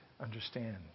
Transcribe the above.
understand